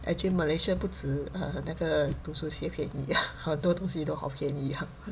actually Malaysia 不只 err 那个读书鞋便宜好多东西都好便宜 ah